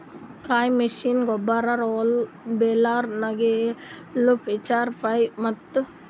ಕೊಯ್ಲಿ ಮಷೀನ್, ಗೊಬ್ಬರ, roller, baler, ನೇಗಿಲು, ಪಿಚ್ಫೋರ್ಕ್, ಪ್ಲೊ ಮತ್ತ ಟ್ರಾಕ್ಟರ್ ಮಷೀನಗೊಳ್ ಅವಾ